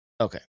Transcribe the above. Okay